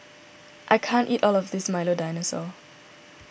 I can't eat all of this Milo Dinosaur